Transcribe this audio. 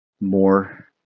more